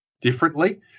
differently